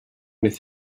with